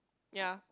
ya